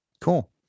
Cool